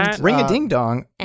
Ring-a-ding-dong